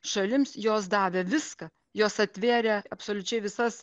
šalims jos davė viską jos atvėrė absoliučiai visas